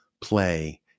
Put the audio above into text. play